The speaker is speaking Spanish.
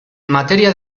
materia